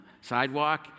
sidewalk